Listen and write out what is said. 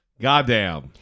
Goddamn